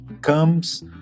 comes